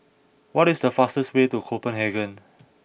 what is the fastest way to Copenhagen